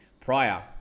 prior